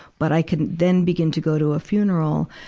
but i could then begin to go to a funeral,